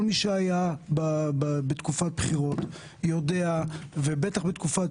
כל מי שהיה בתקופת בחירות יודע ובטח בתקופת